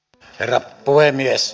herra puhemies